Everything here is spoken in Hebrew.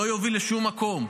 זה לא יוביל לשום מקום.